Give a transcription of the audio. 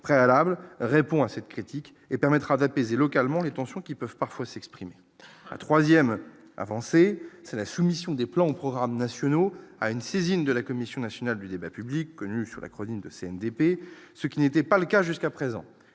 préalables répond à cette critique et permettra d'apaiser localement les tensions qui peuvent parfois s'exprimer la 3ème avancée, c'est la soumission des plans programmes nationaux à une saisine de la commission nationale du débat public, connu sous l'acronyme de CNDP, ce qui n'était pas le cas jusqu'à présent,